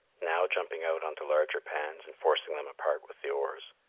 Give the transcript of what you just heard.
now jumping out on to larger pans and forcing them apart with the oars,